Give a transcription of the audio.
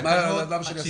אז מה משנה הסדר.